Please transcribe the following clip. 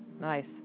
nice